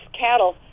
cattle